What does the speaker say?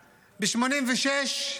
ב-1986,